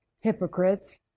Hypocrites